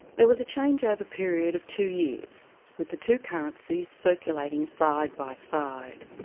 there was a changeover period of two years with the two currencies circulating side by side.